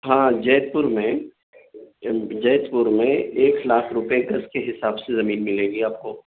ہاں جیت پور میں جیت پور میں ایک لاکھ روپئے گز کے حساب سے زمین ملے گی آپ کو